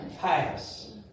pass